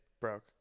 broke